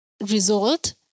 result